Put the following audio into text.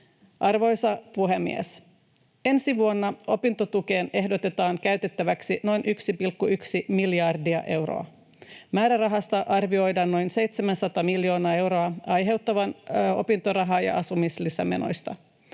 Arvoisa puhemies! Ensi vuonna opintotukeen ehdotetaan käytettäväksi noin 1,1 miljardia euroa. Määrärahasta arvioidaan noin 700 miljoonaa euroa aiheutuvan opintoraha- ja asumislisämenoista.